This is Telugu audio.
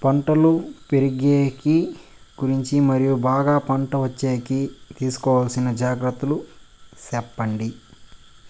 పంటలు పెరిగేకి గురించి మరియు బాగా పంట వచ్చేకి తీసుకోవాల్సిన జాగ్రత్త లు సెప్పండి?